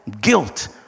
Guilt